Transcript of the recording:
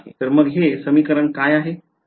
तर मग हे समीकरण काय आहे